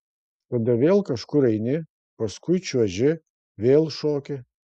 tada vėl kažkur eini paskui čiuoži vėl šoki